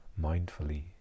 mindfully